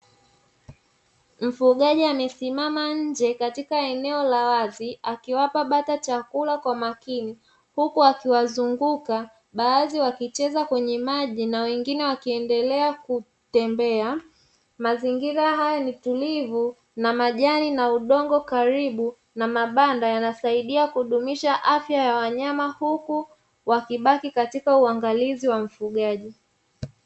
Mfugaji amesimama nje katika eneo la wazi akiwapa bata chakula kwa makini huku akiwazunguka baadhi wakicheza kwenye maji na wengine wakiendelea kutembea. Mazingira hayo ni utulivu na majani na udongo karibu na mabanda yanasaidia kudumisha afya ya wanyama huku wakibaki katika uangalizi wa mfugaji.